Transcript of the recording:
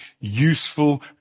useful